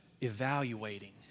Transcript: evaluating